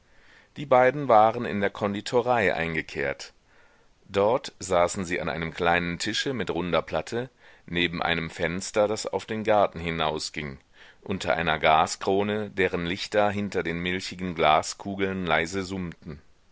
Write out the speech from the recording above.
die beiden waren in der konditorei eingekehrt dort saßen sie an einem kleinen tische mit runder platte neben einem fenster das auf den garten hinausging unter einer gaskrone deren lichter hinter den milchigen glaskugeln leise summten